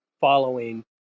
following